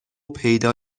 پیدا